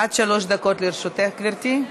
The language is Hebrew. עד שלוש דקות לרשותך, גברתי.